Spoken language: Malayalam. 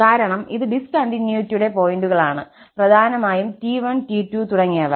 കാരണം ഇത് ഡിസ്കണ്ടിന്യൂയിറ്റിയുടെ പോയിന്റുകളാണ് പ്രധാനമായും t1t2 തുടങ്ങിയവ